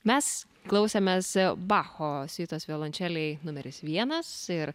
mes klausėmės bacho siuitos violončelei numeris vienas ir